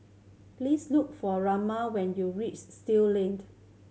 please look for Roma when you reach Still Lane